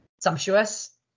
sumptuous